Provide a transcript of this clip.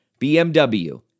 BMW